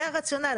זה הרציונל.